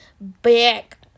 back